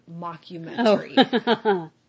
mockumentary